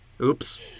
Oops